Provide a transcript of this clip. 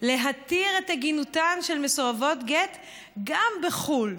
להתיר את עגינותן של מסורבות גט גם בחו"ל.